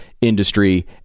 industry